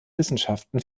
wissenschaften